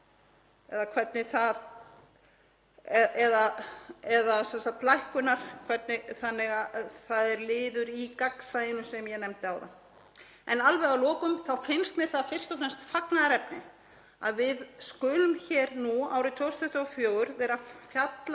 eða hvernig það er, eða sem sagt lækkunar, þannig að það er liður í gagnsæinu sem ég nefndi áðan. En að lokum finnst mér það fyrst og fremst fagnaðarefni að við skulum árið 2024 vera að fjalla